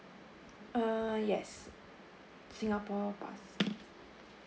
uh yes singapore pass